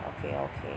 okay okay